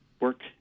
work